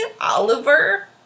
Oliver